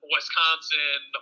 Wisconsin